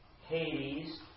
Hades